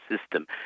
system